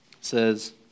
says